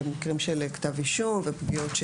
במקרים של כתבי אישום ופגיעות ש